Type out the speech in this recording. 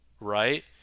right